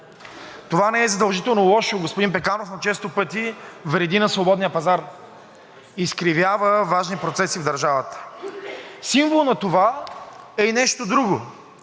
не е задължително лошо, но често пъти вреди на свободния пазар, изкривява важни процеси в държавата. Символ на това е и нещо друго,